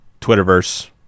Twitterverse